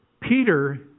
Peter